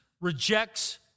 rejects